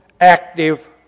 active